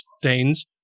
stains